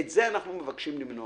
את זה אנחנו מבקשים למנוע.